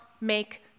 make